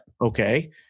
Okay